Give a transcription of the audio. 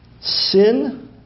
sin